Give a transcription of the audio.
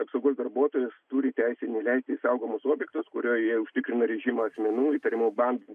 apsaugos darbuotojas turi teisę neįleisti į saugomus objektus kurioj jie užtikrina režimą asmenų įtariamų bandymu